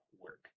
work